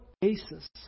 basis